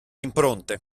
impronte